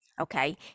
Okay